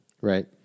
Right